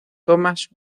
thomas